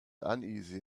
uneasy